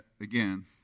Again